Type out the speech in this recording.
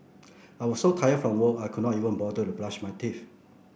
I was so tired from work I could not even bother to brush my teeth